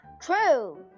true